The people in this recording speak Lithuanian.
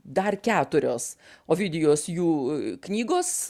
dar keturios ovidijos jū knygos